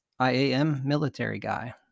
IAMMilitaryGuy